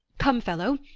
come, fellow,